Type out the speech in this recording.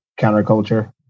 counterculture